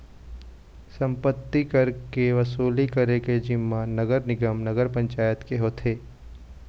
सम्पत्ति कर के वसूली करे के जिम्मा नगर निगम, नगर पंचायत के होथे